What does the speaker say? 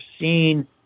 seen